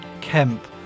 Kemp